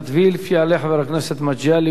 יעלה חבר הכנסת מגלי והבה,